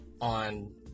on